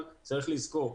אבל צריך לזכור,